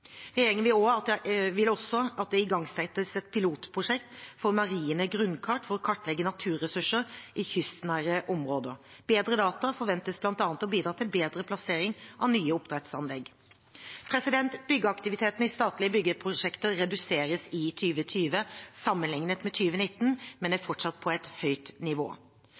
Regjeringen vil også at det igangsettes et pilotprosjekt for marine grunnkart, for å kartlegge naturressurser i kystnære områder. Bedre data forventes bl.a. å bidra til bedre plassering av nye oppdrettsanlegg. Byggeaktiviteten i statlige byggeprosjekter reduseres i 2020 sammenlignet med 2019, men er fortsatt på et høyt nivå.